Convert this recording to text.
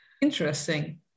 Interesting